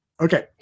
Okay